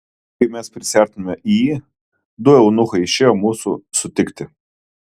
kai mes prisiartinome į jį du eunuchai išėjo mūsų sutikti